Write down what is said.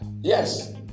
yes